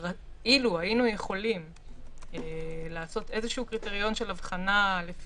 אני חושבת שהוא הצעת קריטריון שהיא לא מתקבלת על הדעת,